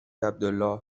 عبدالله